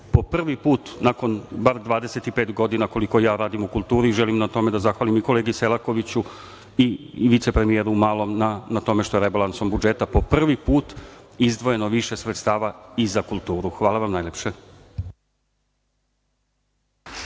po prvi put nakon 25 godina, koliko ja radim u kulturi, i želim na tome da zahvalim i kolegi Selakoviću i vicepremijeru Malom na tome što je rebalansom budžeta po prvi put izdvojeno više sredstava i za kulturu. Hvala vam najlepše.